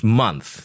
month，